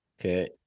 okay